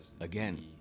again